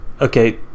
okay